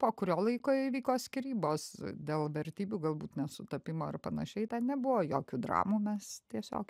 po kurio laiko įvyko skyrybos dėl vertybių galbūt nesutapimo ir panašiai ten nebuvo jokių dramų mes tiesiog